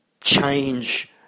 change